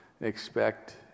expect